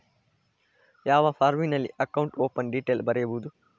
ಯಾವ ಫಾರ್ಮಿನಲ್ಲಿ account open detail ಬರೆಯುವುದು?